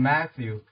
Matthew